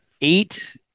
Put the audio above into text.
eight